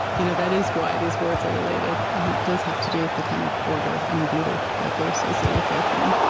you know that is why these words are related. and it does have to do with the kind of order and beauty that they're associated with, both of them